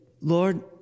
Lord